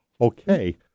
Okay